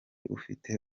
ufite